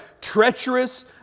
treacherous